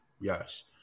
yes